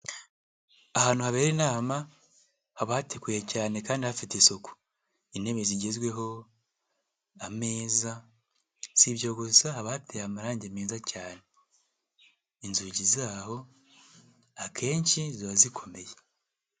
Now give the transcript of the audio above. Ahantu habera inama, haba hatekuye cyane kandi hafite isuku. Intebe zigezweho, ameza, sibyo gusa habateye amarangi meza cyane. Inzugi zaho akenshi ziba zikomeye.